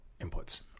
inputs